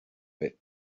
bit